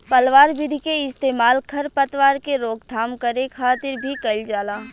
पलवार विधि के इस्तेमाल खर पतवार के रोकथाम करे खातिर भी कइल जाला